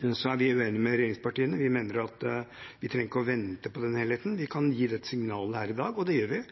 Så er vi uenig med regjeringspartiene; vi mener at vi ikke trenger å vente på den helheten. Vi kan gi dette signalet her i dag, og det gjør vi.